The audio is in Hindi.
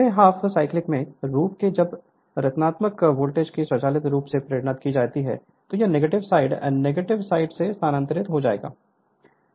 अगले हाफ साइकिल के रूप में जब ऋणात्मक वोल्टेज को स्वचालित रूप से प्रेरित किया जाएगा तो यह नेगेटिव साइड नेगेटिव साइड में स्थानांतरित हो जाएगा